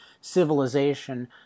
civilization